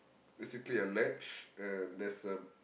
basically a ledge and there's a